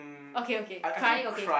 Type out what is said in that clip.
okay okay crying okay